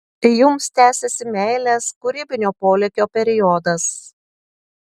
jums tęsiasi meilės kūrybinio polėkio periodas